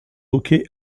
hockey